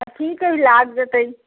तऽ की करि लागि जेतै